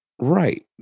Right